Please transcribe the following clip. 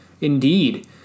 Indeed